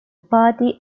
party